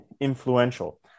influential